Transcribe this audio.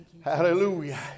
hallelujah